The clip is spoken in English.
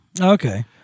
Okay